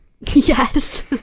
Yes